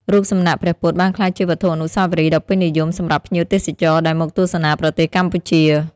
រូបសំណាកព្រះពុទ្ធបានក្លាយជាវត្ថុអនុស្សាវរីយ៍ដ៏ពេញនិយមសម្រាប់ភ្ញៀវទេសចរណ៍ដែលមកទស្សនាប្រទេសកម្ពុជា។